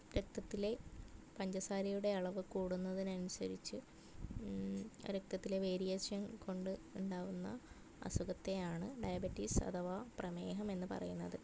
രക്തത്തിലെ പഞ്ചസാരയുടെ അളവ് കൂടുന്നതിന് അനുസരിച്ച് രക്തത്തിലെ വേരിയേഷൻ കൊണ്ട് ഉണ്ടാവുന്ന അസുഖത്തെയാണ് ഡയബറ്റിസ് അഥവാ പ്രമേഹം എന്ന് പറയുന്നത്